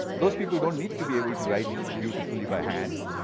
those people don't need to be able to write beautifully by hand.